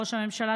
ראש הממשלה,